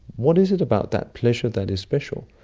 what is it about that pleasure that is special?